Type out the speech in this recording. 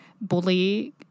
bully